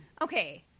Okay